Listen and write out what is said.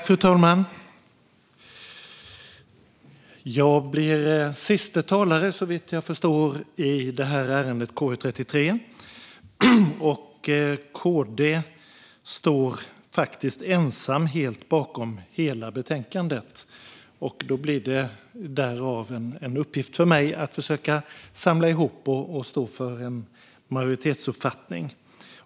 Fru talman! Såvitt jag förstår är jag den siste talaren i ärendet KU33. Kristdemokraterna står ensamt bakom hela betänkandet. Därav blir det en uppgift för mig att försöka samla ihop det hela och stå för en majoritetsuppfattning.